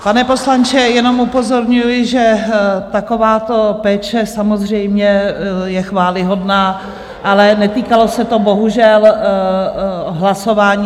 Pane poslanče, jenom upozorňuji, že takováto péče samozřejmě je chvályhodná, ale netýkalo se to bohužel hlasování.